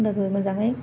होमबाबो मोजाङै